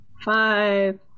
five